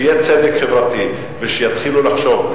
שיהיה צדק חברתי ושיתחילו לחשוב,